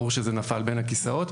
ברור שזה נפל בין הכיסאות.